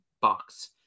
box